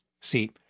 See